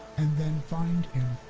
and then find him,